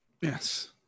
Yes